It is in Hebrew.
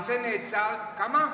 כמה?